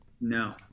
No